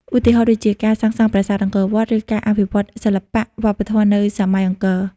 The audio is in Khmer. ឧទាហរណ៍ដូចជា ការសាងសង់ប្រាសាទអង្គរវត្ត ឬការអភិវឌ្ឍន៍សិល្បៈវប្បធម៌នៅសម័យអង្គរ។